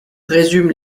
résume